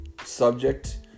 subject